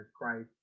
Christ